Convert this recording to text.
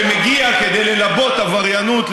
שמגיעים כדי ללבות עבריינות,